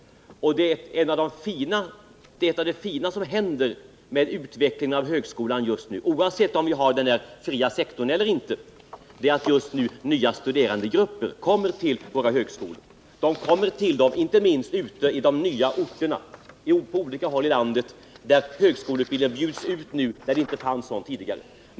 Men något av det fina som just nu händer i fråga om högskolans utveckling, oavsett om vi har den fria sektorn eller inte, är att nya studerandegrupper kommer till våra högskolor. Det gäller inte minst på de orter där det tidigare inte funnits någon högskoleutbildning men där sådan nu erbjuds.